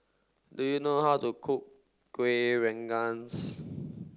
do you know how to cook Kuih Rengas